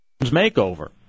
makeover